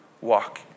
walk